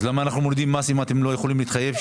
אז למה אנחנו מורידים מס אם אתם לא יכולים להתחייב?